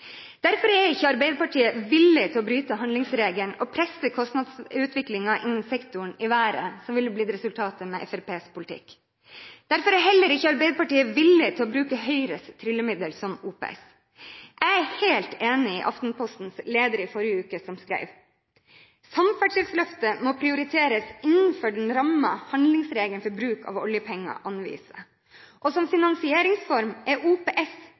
Derfor er ikke Arbeiderpartiet villig til å bryte handlingsregelen og presse kostnadsutviklingen i sektoren i været, noe som ville blitt resultatet med Fremskrittspartiets politikk. Derfor er heller ikke Arbeiderpartiet villig til å bruke Høyres tryllemiddel, som OPS. Jeg er helt enig i det som ble skrevet i Aftenpostens leder i forrige uke: «Samferdselsløftet må prioriteres innenfor den rammen handlingsregelen for bruk av oljepenger anviser.» Som finansieringsform er OPS